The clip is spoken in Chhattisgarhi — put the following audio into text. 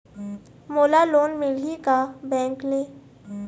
मोला लोन मिलही का बैंक ले?